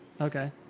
okay